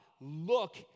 look